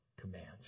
commands